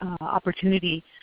opportunity